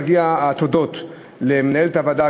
מגיעות התודות למנהלת הוועדה,